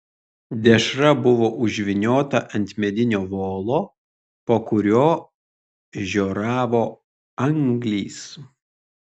dešra buvo užvyniota ant medinio volo po kuriuo žioravo anglys